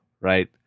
right